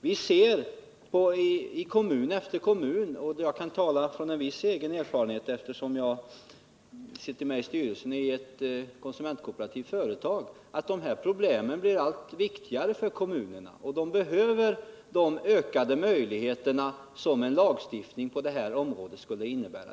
Vi ser i kommun efter kommun — jag kan tala av viss egen erfarenhet, eftersom jag sitter med i styrelsen för ett konsumentkooperativt företag — att dessa problem blir allt viktigare för kommunerna. Dessa behöver de ökade möjligheter som en lagstiftning på detta område skulle ge.